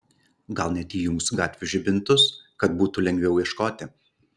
gal net įjungs gatvių žibintus kad būtų lengviau ieškoti